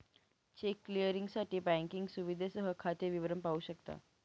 check क्लिअरिंगसाठी banking सुविधेसह खाते विवरण पाहू शकता